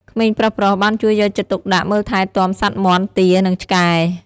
ក្មេងប្រុសៗបានជួយយកចិត្តទុកដាក់មើលថែទាំសត្វមាន់ ទា និងឆ្កែ។